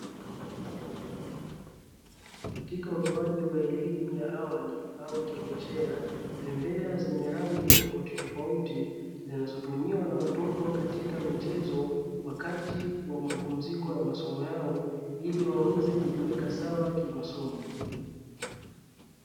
Katika utoaji wa elimu ya awali au chekechea, bembea zenye rangi tofauti tofauti zinazo tumiwa na watoto katika michezo, wakati wa mapumziko ya masomo yao, ili waweze kujiweka sawa kimasomo.